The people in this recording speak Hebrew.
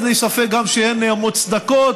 ואין לי ספק שהן גם מוצדקות.